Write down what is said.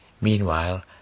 Meanwhile